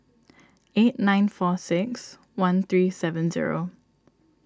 eight nine four six one three seven zero